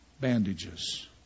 bandages